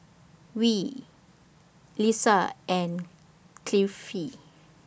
Dwi Lisa and Kifli